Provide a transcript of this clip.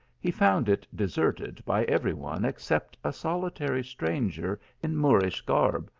he found it deserted by every one except a solitary stranger in moorish garb,